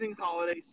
holiday